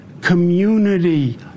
community